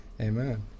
Amen